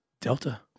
Delta